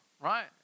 right